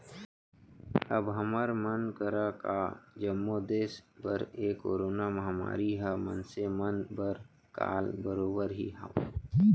अब हमर मन करा का जम्मो देस बर ए करोना महामारी ह मनसे मन बर काल बरोबर ही हावय